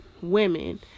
women